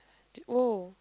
do !woah!